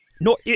No